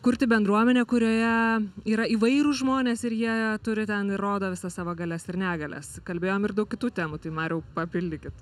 kurti bendruomenę kurioje yra įvairūs žmonės ir jie turi ten ir rodo visas savo galias ir negalias kalbėjom ir daug kitų temų tai mariau papildykit